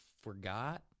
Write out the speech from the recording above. forgot